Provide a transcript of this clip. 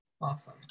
Awesome